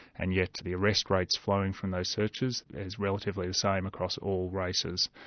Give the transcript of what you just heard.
and yet the arrest rates flowing from those searches is relatively the same across all races.